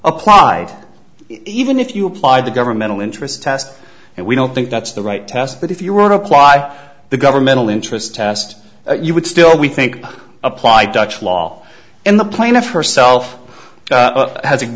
applied even if you applied the governmental interest test and we don't think that's the right test but if you were to apply the governmental interest test you would still we think apply dutch law in the plaintiff herself